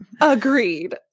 agreed